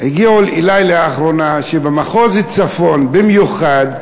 הגיע אלי לאחרונה, שבמחוז הצפון במיוחד,